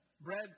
bread